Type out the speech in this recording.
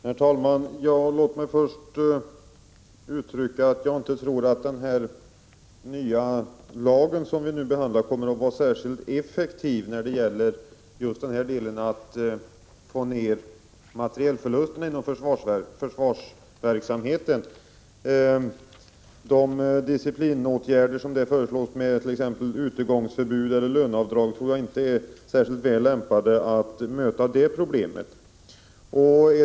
Herr talman! Låt mig först säga att jag inte tror att den nya lagen, som vi nu behandlar, kommer att vara särskilt effektiv när det gäller att få ned materielförlusterna inom försvarsverksamheten. De disciplinåtgärder som där föreslås — utegångsförbud eller löneavdrag — tror jag inte är särskilt väl lämpade att lösa det problemet.